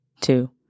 two